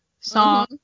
song